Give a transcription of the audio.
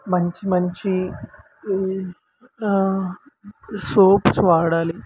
మంచి మంచి సోప్స్ వాడాలి